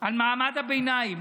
למעמד הביניים.